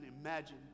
imagine